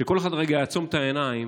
שכל אחד רגע יעצום את העיניים